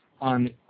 on